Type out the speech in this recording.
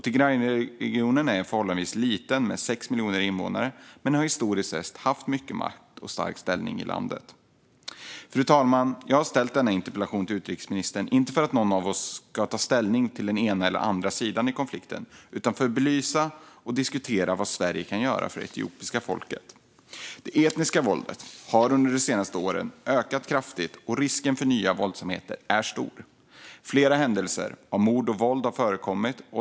Tigrayregionen är förhållandevis liten med 6 miljoner i invånare men har historiskt haft mycket makt och en stark ställning i landet. Fru talman! Jag har inte ställt denna interpellation till utrikesministern för att någon av oss ska ta ställning för den ena eller andra sidan av konflikten, utan för att belysa och diskutera vad Sverige kan göra för det etiopiska folket. Det etniska våldet har de senaste åren ökat kraftigt, och risken för nya våldsamheter är stor. Flera händelser av mord och våld har förekommit.